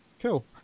Cool